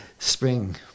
Spring